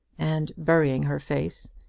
and, burying her face,